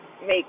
make